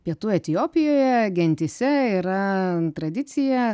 pietų etiopijoje gentyse yra tradicija